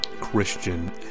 Christian